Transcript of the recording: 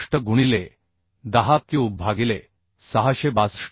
61 गुणिले 10 क्यूब भागिले 662